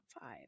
five